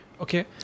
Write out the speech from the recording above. Okay